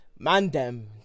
Mandem